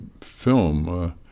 film